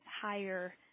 higher